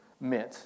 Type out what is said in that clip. meant